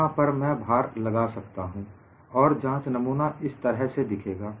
जहां पर मैं भार लगा सकता हूं और जांच नमूना इस तरह से दिखेगा